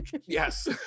Yes